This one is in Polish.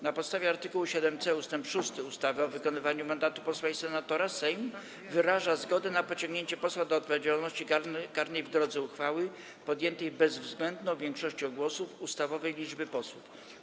Na podstawie art. 7c ust. 6 ustawy o wykonywaniu mandatu posła i senatora Sejm wyraża zgodę na pociągnięcie posła do odpowiedzialności karnej w drodze uchwały podjętej bezwzględną większością głosów ustawowej liczby posłów.